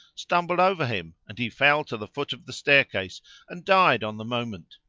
stumbled over him and he fell to the foot of the staircase and died on the moment.